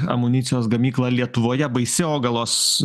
amunicijos gamyklą lietuvoje baisiogalos